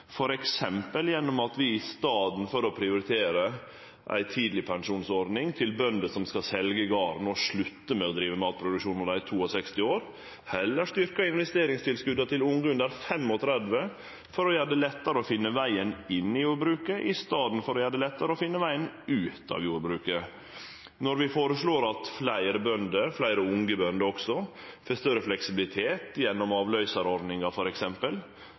gjennom at vi i staden for å prioritere ei tidleg pensjonsordning til bønder som skal selje garden og slutte å drive med matproduksjon når dei er 62 år, heller styrkjer investeringstilskota til unge under 35 år, for å gjere det lettare å finne vegen inn i jordbruket i staden for å gjere det lettare å finne vegen ut av jordbruket. Når vi føreslår at fleire bønder, fleire unge bønder også, får større fleksibilitet, gjennom avløysarordninga,